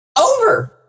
over